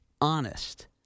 honest